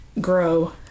grow